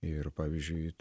ir pavyzdžiui